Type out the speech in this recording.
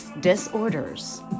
disorders